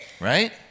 right